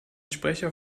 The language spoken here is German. sprecher